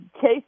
case